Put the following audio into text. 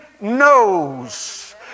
knows